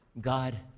God